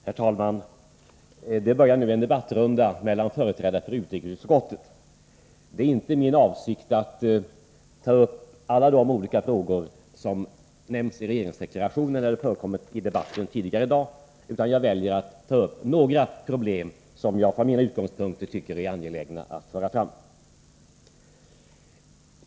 Herr talman! Vi börjar nu en debattrunda mellan företrädare för utrikesutskottet. Det är inte min avsikt att beröra alla de olika frågor som nämnts i regeringsdeklarationen eller som förekommit tidigare i dagens debatt, utan jag väljer att ta upp några problem som jag från mina utgångspunkter tycker är angelägna att föra fram.